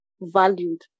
valued